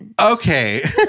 Okay